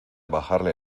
bajarle